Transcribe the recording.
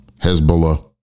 Hezbollah